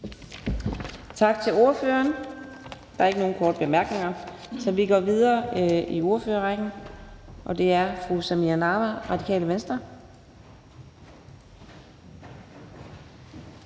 Tak til ordføreren. Der er ikke nogen korte bemærkninger, så vi går videre i ordførerrækken til hr. Sigurd Agersnap